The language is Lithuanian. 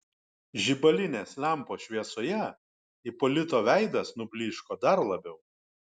žibalinės lempos šviesoje ipolito veidas nublyško dar labiau